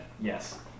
yes